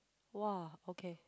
!wah! okay